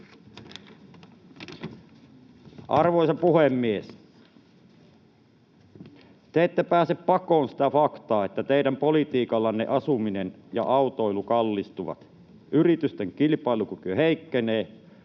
Arvoisa puhemies! Te ette pääse pakoon sitä faktaa, että teidän politiikallanne asuminen ja autoilu kallistuvat, yritysten kilpailukyky heikkenee